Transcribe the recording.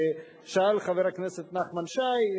שאל חבר הכנסת נחמן שי,